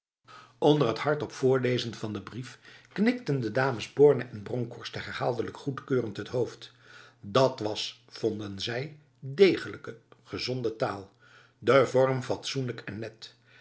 onder het hardop voorlezen van de brief knikten de dames borne en bronkhorst herhaaldelijk goedkeurend met het hoofd dat was vonden zij degelijke gezonde taal de vorm fatsoenlijk en net